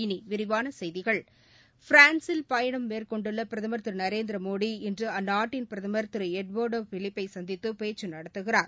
இனிவிரிவானசெய்திகள் பிரான்ஸில் பயணம் மேற்கொண்டுள்ளபிரதம் திருநரேந்திரமோடி இன்றுஅந்நாட்டின் பிரதமர் திருளட்வர்டோபிலிப்பைசந்தித்துபேச்சுநடத்துகிறார்